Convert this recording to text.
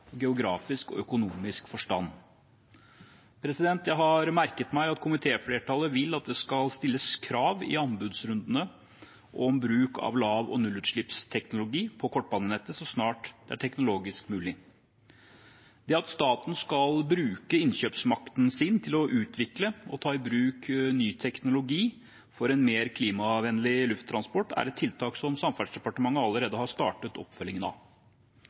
geografisk og økonomisk forstand. Jeg har merket meg at komitéflertallet vil at det skal stilles krav i anbudsrundene om bruk av lav- og nullutslippsteknologi på kortbanenettet så snart det er teknologisk mulig. Det at staten skal bruke innkjøpsmakten sin til å utvikle og ta i bruk ny teknologi for en mer klimavennlig lufttransport, er et tiltak som Samferdselsdepartementet allerede har startet oppfølgingen av.